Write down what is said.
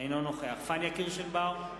אינו נוכח פניה קירשנבאום,